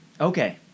Okay